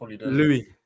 Louis